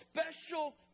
special